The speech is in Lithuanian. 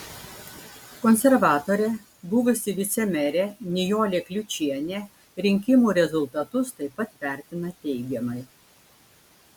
konservatorė buvusi vicemerė nijolė kliučienė rinkimų rezultatus taip pat vertina teigiamai